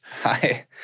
Hi